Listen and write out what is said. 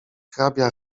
hrabia